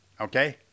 Okay